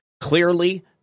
Clearly